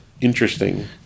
Interesting